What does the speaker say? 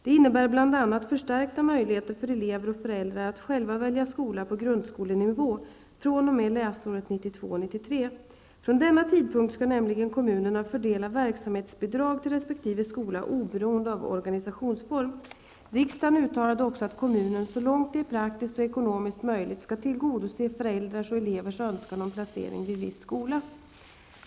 De innebär bl.a. förstärkta möjligheter för elever och föräldrar att själva välja skola på grundskolenivå fr.o.m. läsåret 1992/93. Från denna tidpunkt skall nämligen kommunerna fördela verksamhetsbidrag till resp. skola oberoende av organisationsform. Riksdagen uttalade också att kommunen så långt det är praktiskt och ekonomiskt möjligt skall tillgodose föräldrars och elevers önskan om placering vid viss skola.